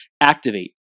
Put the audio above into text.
activate